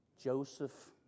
Joseph